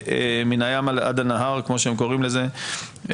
מן הים עד הנהר, כמו שהם קוראים לזה וכולי.